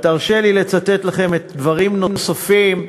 תרשה לי לצטט לכם דברים נוספים,